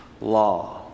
law